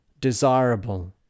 desirable